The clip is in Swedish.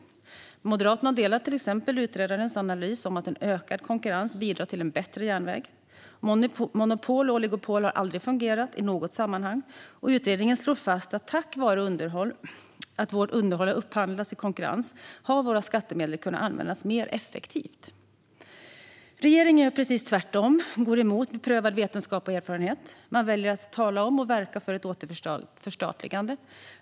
Moderaterna delar till exempel utredarens analys att en ökad konkurrens bidrar till en bättre järnväg. Monopol och oligopol har aldrig fungerat i något sammanhang. Utredningen slår också fast att tack vare att underhåll har upphandlats i konkurrens har våra skattemedel kunnat användas mer effektivt. Regeringen gör precis tvärtom och går emot beprövad vetenskap och erfarenhet. Man väljer att tala om och verka för ett återförstatligande.